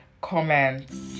comments